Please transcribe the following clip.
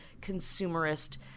consumerist